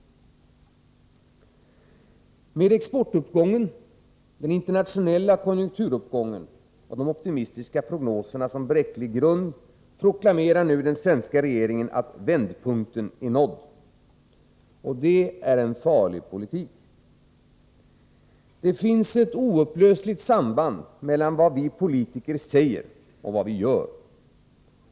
Med exportuppgången, den internationella konjunkturuppgången och de optimistiska prognoserna som bräcklig grund proklamerar den svenska regeringen nu att ”vändpunkten” är nådd. Det är en farlig politik. Det finns ett oupplösligt samband mellan vad vi politiker säger och vad vi gör.